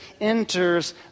enters